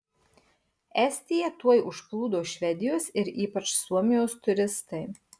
estiją tuoj užplūdo švedijos ir ypač suomijos turistai